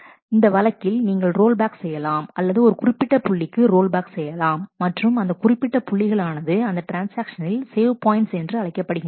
எனவே இந்த வழக்கில் நீங்கள் ரோல்பேக் செய்யலாம் அல்லது ஒரு குறிப்பிட்ட புள்ளிக்கு ரோல் பேக் செய்யலாம் மற்றும் அந்த குறிப்பிட்ட புள்ளிகள் ஆனது அந்த ட்ரான்ஸ்ஆக்ஷனில் சேவ் பாயிண்ட்ஸ் என்று அழைக்கப்படுகின்றன